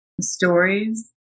Stories